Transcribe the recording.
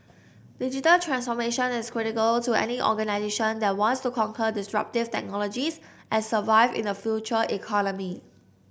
digital transformation is critical to any organisation that wants to conquer disruptive technologies and survive in the Future Economy